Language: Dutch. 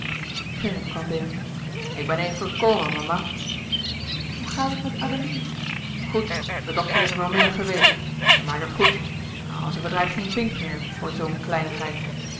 gerrit kwam binnen ik ben even gekomen mama hoe gaat het met adeline goed de dokter is er van middag geweest ze maakt het goed o ze verdraait geen pink meer voor zoo